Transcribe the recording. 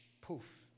poof